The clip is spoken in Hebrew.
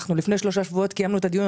אנחנו לפני שלושה שבועות קיימנו את הדיון,